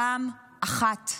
פעם אחת.